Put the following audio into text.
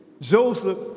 joseph